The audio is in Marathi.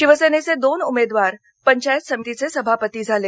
शिवसेनेचे दोन उमेदवार पंचायत समितीचे सभापती झाले